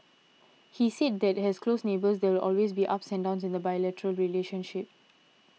he said that as close neighbours there will always be ups and downs in the bilateral relationship